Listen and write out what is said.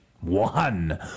One